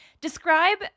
Describe